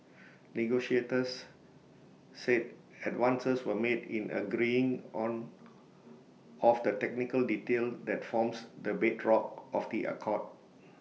negotiators said advances were made in agreeing on of the technical detail that forms the bedrock of the accord